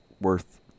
worth